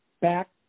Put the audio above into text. back